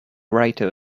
writer